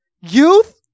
youth